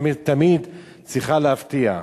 המשטרה תמיד צריכה להפתיע.